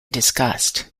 discussed